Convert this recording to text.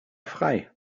frei